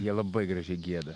jie labai gražiai gieda